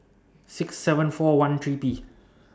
six seven four one three P